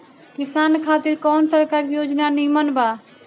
किसान खातिर कवन सरकारी योजना नीमन बा?